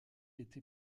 était